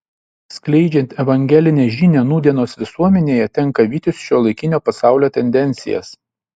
skleidžiant evangelinę žinią nūdienos visuomenėje tenka vytis šiuolaikinio pasaulio tendencijas